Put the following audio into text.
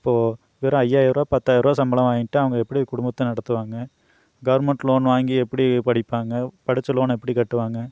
இப்போது வெறும் ஐயாயரூபா பத்தாயரூபா சம்பளம் வாங்கிட்டு அவங்க எப்படி குடும்பத்தை நடத்துவாங்க கவர்மெண்ட் லோன் வாங்கி எப்படி படிப்பாங்க படித்த லோனை எப்படி கட்டுவாங்க